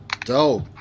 Dope